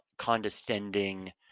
Condescending